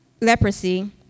leprosy